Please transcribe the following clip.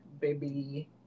baby